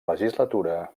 legislatura